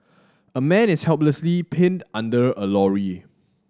a man is helplessly pinned under a lorry